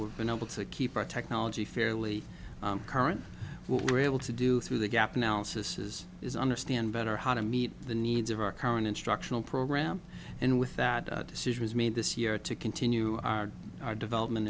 been able to keep our technology fairly current what we're able to do through the gap analysis is is understand better how to meet the needs of our current instructional program and with that decision is made this year to continue our development